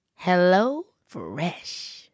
HelloFresh